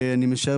אני משער,